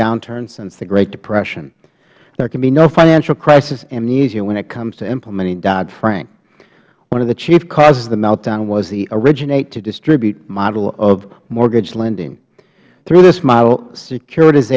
downturn since the great depression there can be no financial crisis amnesia when it comes to implementing dodd frank one of the chief causes of the meltdown was the originate to distribute model of mortgage lending through this model secur